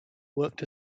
worked